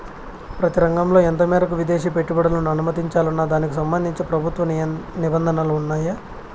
ప్రతి రంగంలో ఎంత మేరకు విదేశీ పెట్టుబడులను అనుమతించాలన్న దానికి సంబంధించి ప్రభుత్వ నిబంధనలు ఉన్నాయా?